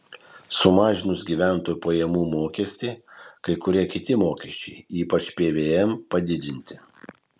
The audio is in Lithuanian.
sumažinus gyventojų pajamų mokestį kai kurie kiti mokesčiai ypač pvm padidinti